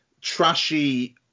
trashy